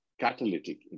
catalytic